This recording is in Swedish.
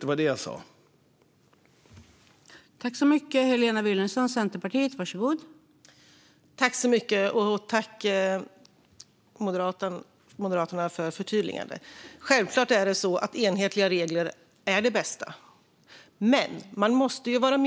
Det var detta jag sa.